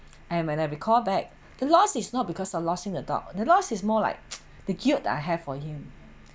and when I recall back the loss is not because of losing a dog the loss is more like the guilt that I have for him